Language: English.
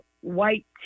white